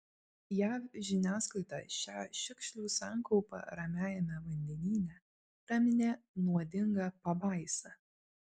jav žiniasklaida šią šiukšlių sankaupą ramiajame vandenyne praminė nuodinga pabaisa